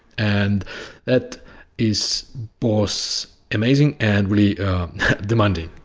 and that is both amazing and really demanding.